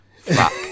fuck